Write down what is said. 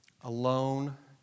alone